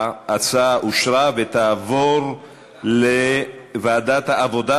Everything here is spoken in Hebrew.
ההצעה אושרה ותעבור לוועדת העבודה,